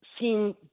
seem